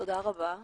תודה רבה.